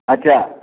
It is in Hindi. अच्छा